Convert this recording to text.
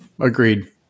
agreed